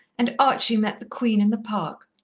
and archie met the queen in the park.